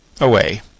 away